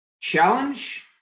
challenge